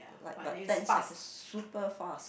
like but ten second super fast